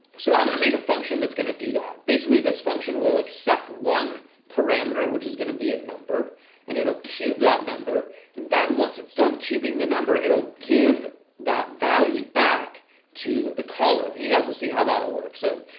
so i'm gonna make a function that's gonna do that basically this function will accept one parameter which is gonna be a number and it'll cube that number and then once it's done cubing the number, it'll give that value back to the caller and you guys will see how that will work so